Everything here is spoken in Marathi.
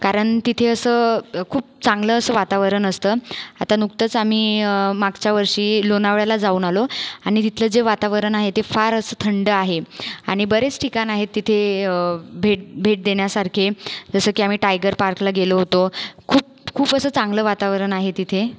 कारण तिथे असं खूप चांगलं असं वातावरण असतं आता नुकतंच आम्ही मागच्या वर्षी लोणावळ्याला जाऊन आलो आणि तिथलं जे वातावरण आहे ते फार असं थंड आहे आणि बरेच ठिकाण आहे तिथे भेट भेट देण्यासारखे जसं कि आम्ही टायगर पार्कला गेलो होतो खूप खूप असं चांगलं वातावरण आहे तिथे